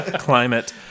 climate